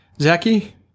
Zachy